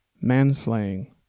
manslaying